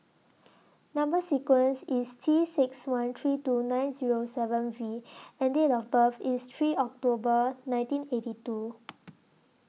Number sequence IS T six one three two nine Zero seven V and Date of birth IS three October nineteen eighty two